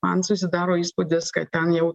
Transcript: man susidaro įspūdis kad ten jau